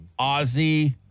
Ozzy